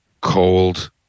cold